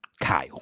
kyle